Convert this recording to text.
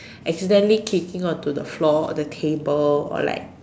accidentally kicking onto the floor the table or like